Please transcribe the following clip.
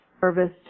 service